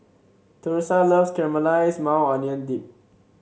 Thursa loves Caramelized Maui Onion Dip